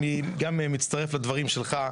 אני מצטרף לדברים שלך,